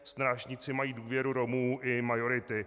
Strážníci mají důvěru Romů i majority.